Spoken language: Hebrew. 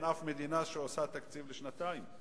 אין כמעט אף מדינה שעושה תקציב לשנתיים.